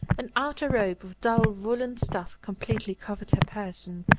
an outer robe of dull woollen stuff completely covered her person,